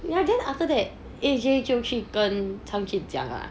ya then after that A_J 就去跟他们讲 ah